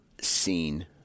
seen